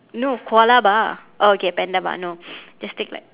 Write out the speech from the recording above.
no koalapa oh okay panda bar no just take like